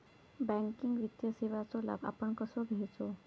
Banking वित्तीय सेवाचो लाभ आपण कसो घेयाचो?